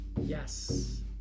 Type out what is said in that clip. yes